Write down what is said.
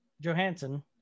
johansson